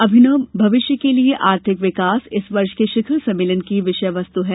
अभिनव भविष्य के लिए आर्थिक विकास इस वर्ष के शिखर सम्मेलन की विषय वस्तु है